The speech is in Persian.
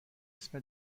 اسم